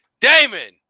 Damon